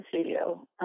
studio